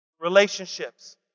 Relationships